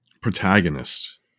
protagonist